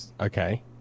Okay